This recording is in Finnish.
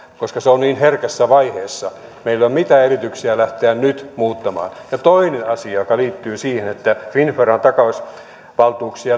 koska se on niin herkässä vaiheessa meillä ei ole mitään edellytyksiä lähteä nyt muuttamaan toinen asia liittyy siihen että finnveran takausvaltuuksia